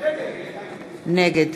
נגד